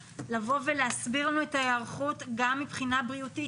להסביר לנו את ההיערכות גם מבחינה בריאותית,